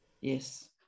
Yes